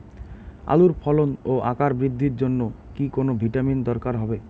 আলুর ফলন ও আকার বৃদ্ধির জন্য কি কোনো ভিটামিন দরকার হবে?